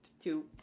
Two